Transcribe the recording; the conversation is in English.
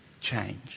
change